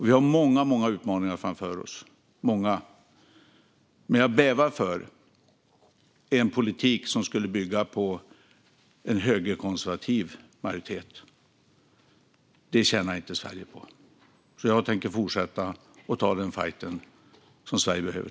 Vi har många utmaningar framför oss, men jag bävar för en politik som bygger på en högerkonservativ majoritet. Det tjänar inte Sverige på. Jag tänker fortsätta att ta den fajt som Sverige behöver.